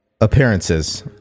appearances